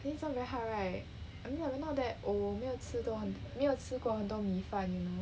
think this one very hard right I mean I'm not that old 没有吃过没有吃过很多米饭 you know